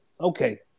okay